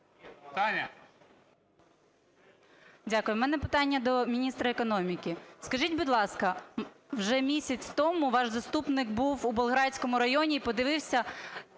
Дякую. У мене питання до міністра економіки. Скажіть, будь ласка, вже місяць тому ваш заступник був у Болградському районі і подивився,